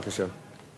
בבקשה.